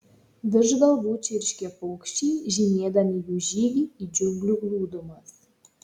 virš galvų čirškė paukščiai žymėdami jų žygį į džiunglių glūdumas